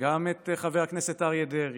את חבר הכנסת אריה דרעי